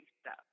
step